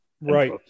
Right